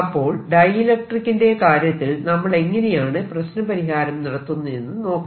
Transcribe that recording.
അപ്പോൾ ഡൈഇലക്ട്രിക്കിന്റെ കാര്യത്തിൽ നമ്മളെങ്ങനെയാണ് പ്രശ്നപരിഹാരം നടത്തുന്നതെന്ന് നോക്കാം